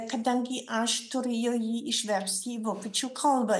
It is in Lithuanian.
kadangi aš turėjau jį išversti į vokiečių kalbą